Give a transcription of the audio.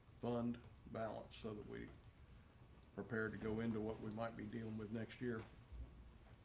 fund balance so that we prepared to go into what we might be dealing with next year.